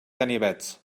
ganivets